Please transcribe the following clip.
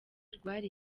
rwari